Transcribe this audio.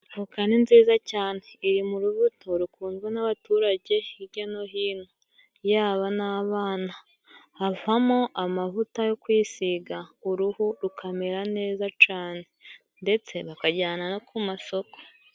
Avoka n' nziza cyane iri mu rubuto rukundwa n'abaturage hirya no hino yaba n'abana havamo amavuta yo kwisiga uruhu rukamera neza cane, ndetse bakajyana no ku masoko.